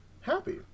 happy